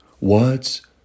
Words